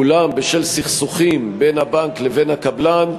אולם בשל סכסוכים בין הבנק לבין הקבלן,